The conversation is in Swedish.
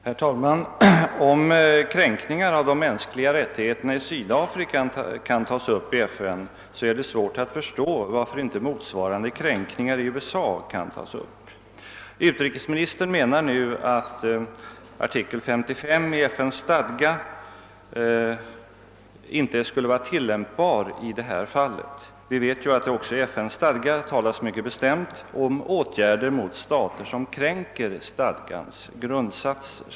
Herr talman! Om kränkningar av de mänskliga rättigheterna i Sydafrika kan tas upp i FN, är det svårt att förstå varför så inte kan ske med motsvarande kränkningar i USA. Utrikesministern menar nu att artikel 56 i FN:s stadga inte skulle vara tillämpbar i detta fall. Vi vet emellertid också att det i FN:s stadga görs mycket bestämda uttalanden om stater som kränker stadgans grundsatser.